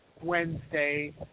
Wednesday